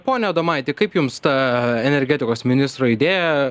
pone adomaiti kaip jums ta energetikos ministro idėja